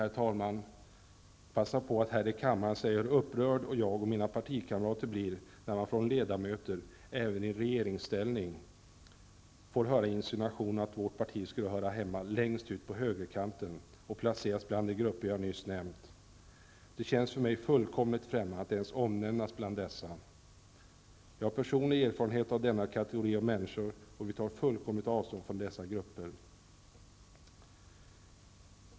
Jag vill passa på att här i kammaren tala om hur upprörd jag och mina partikamrater blir, när man från ledamöter, även i regeringsställning, får höra insinuationer att vårt parti skulle höra hemma längst ut på högerkanten och placeras bland de grupper jag nyss nämnde. För mig känns det fullkomligt främmande att ens omnämnas bland dessa. Jag har personliga erfarenheter av denna kategori av människor. Vi tar fullständigt avstånd från dessa grupper.